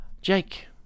Jake